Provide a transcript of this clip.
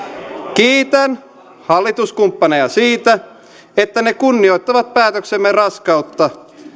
kiitän hallituskumppaneja siitä että ne kunnioittavat päätöksemme raskautta